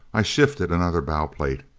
i shifted another bow plate.